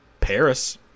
Paris